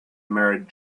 married